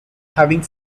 having